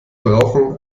brauchen